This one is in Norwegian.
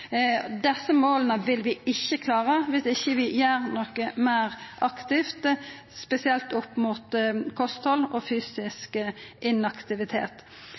Desse måla vil vi ikkje klara viss vi ikkje gjer noko meir aktivt, spesielt med kosthald og fysisk